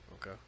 Okay